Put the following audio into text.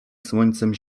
słońcem